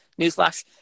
newsflash